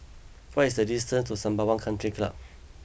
what is the distance to Sembawang Country Club